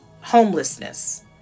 homelessness